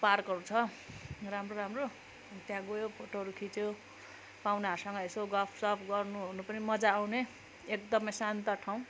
पार्कहरू छ राम्रो राम्रो त्यहाँ गयो फोटोहरू खिच्यो पाहुनाहरूसँग यसो गफसफ गर्नु ओर्नु पनि मजा आउने एकदमै शान्त ठाउँ